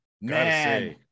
man